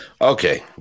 Okay